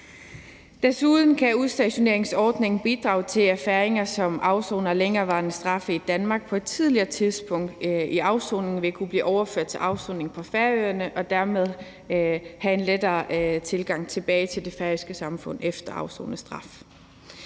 Desuden kan udstationeringsordningen bidrage til, at færinger, som afsoner længerevarende straffe i Danmark, på et tidligere tidspunkt i afsoningen vil kunne blive overført til afsoning på Færøerne og dermed have en lettere adgang til at komme tilbage til det færøske samfund efter afsonet straf.